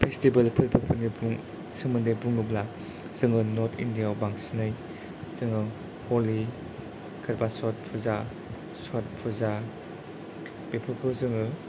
festival फोरबोफोरनि बुं सोमोन्दै बुङोब्ला जोङो नर्ट इण्डिया आव बांसिनै जोङो हलि करबा सत पुजा सत पुजा बेफोरखौ जोङो